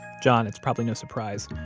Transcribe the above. john, it's probably no surprise,